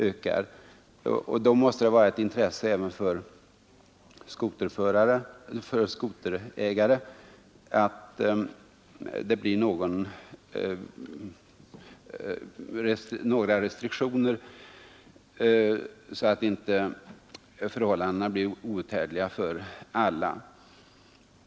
Och om de gör det, så måste det vara ett intresse också för skoterägare att vi får några restriktioner, så att inte förhållandena blir outhärdliga för alla.